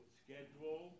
schedule